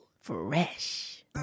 Fresh